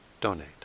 donate